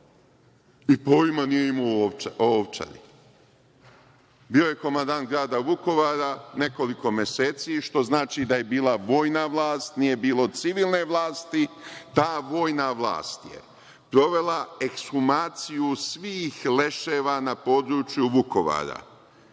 i pojma nije imao o Ovčari. Bio je komandant grada Vukovara nekoliko meseci, što znači da je bila vojna vlast, nije bilo civilne vlasti, ta vojna vlast je provela eshumaciju svih leševa na području Vukovara